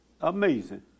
Amazing